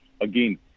again